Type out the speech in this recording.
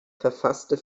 verfasste